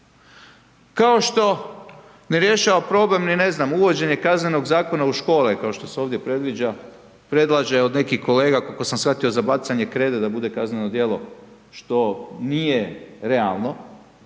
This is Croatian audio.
Kao što ne rješava problem ni ne znam uvođenje Kaznenog zakona u škole kao što se ovdje predviđa, predlaže od nekih kolega koliko sam shvatio za bacanje krede da bude kazneno djelo što nije realno.